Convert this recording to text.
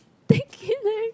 take it leh